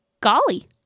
Golly